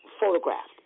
photographed